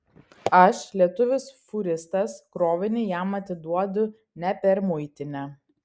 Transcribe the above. aš lietuvis fūristas krovinį jam atiduodu ne per muitinę